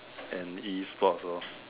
and E sports lor